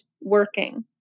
working